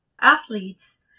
athletes